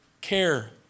care